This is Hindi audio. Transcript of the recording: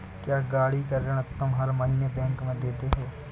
क्या, गाड़ी का ऋण तुम हर महीने बैंक में देते हो?